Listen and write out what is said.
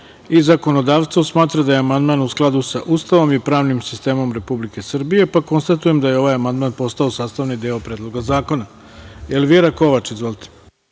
i zakonodavstvo smatra da je amandman u skladu sa Ustavom i pravnim sistemom Republike Srbije. Konstatujem da je ovaj amandman postao sastavni deo Predloga zakona. Reč